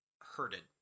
herded